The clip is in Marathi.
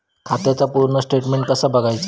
खात्याचा पूर्ण स्टेटमेट कसा बगायचा?